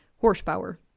Horsepower